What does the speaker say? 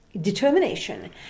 determination